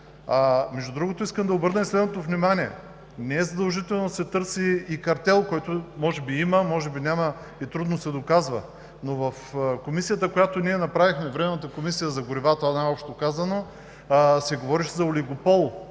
Между другото, искам да обърна и следното внимание. Не е задължително да се търси и картел, който може би има, може би няма и трудно се доказва. Но в Комисията, която ние направихме – Временната комисия за горивата, най-общо казано, се говореше за олигопол